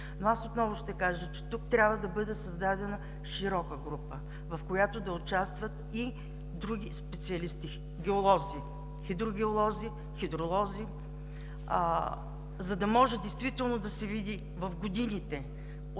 Отново ще кажа, че тук трябва да бъде създадена широка група, в която да участват и други специалисти – геолози, хидрогеолози, хидролози, за да може да се види от всички в годините около